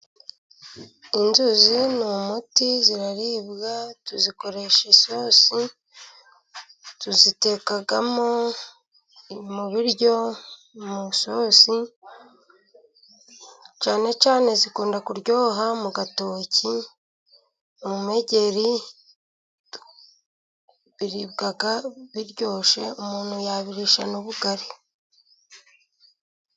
Inzuzi ni umuti, ziraribwa, tuzikoresha isosi, tuziteka no mu biryo mu isosi cyane cyane zikunda kuryoha mu gatoki, mu megeri. Biribwa biryoshe umuntu yabirisha n'ubugari.